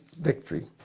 victory